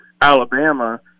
Alabama